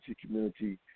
community